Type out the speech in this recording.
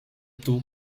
tout